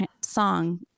song